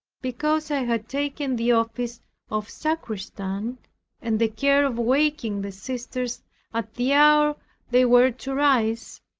because i had taken the office of sacristan and the care of waking the sisters at the hour they were to rise,